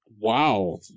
Wow